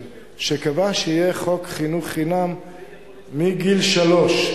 שקבעה שיהיה חוק חינוך חינם מגיל שלוש.